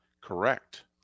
Correct